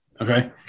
Okay